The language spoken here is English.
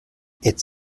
its